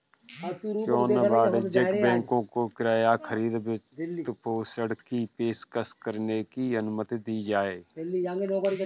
क्यों न वाणिज्यिक बैंकों को किराया खरीद वित्तपोषण की पेशकश करने की अनुमति दी जाए